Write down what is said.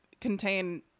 contain